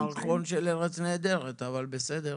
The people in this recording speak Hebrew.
זה מערכון של ארץ נהדרת, אבל בסדר.